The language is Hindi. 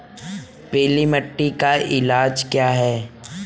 पीली मिट्टी का इलाज क्या है?